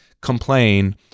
complain